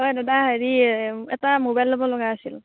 হয় দাদা হেৰি এটা মোবাইল ল'ব লগা আছিল